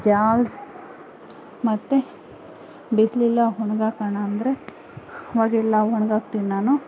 ಜಾಲಿಸಿ ಮತ್ತೆ ಬಿಸ್ಲಿಲ್ಲ ಒಣಗಾಕೋಣ ಅಂದರೆ ಒಣಗಾಗ್ತೀನಿ ನಾನು